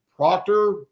Proctor